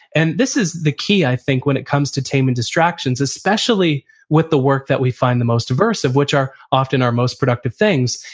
and this is the key i think when it comes to taming distractions, especially with the work that we find the most aversive, which are often our most productive things,